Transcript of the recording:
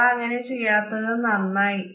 നിങ്ങൾ അങ്ങനെ ചെയ്യാത്തത് നന്നായി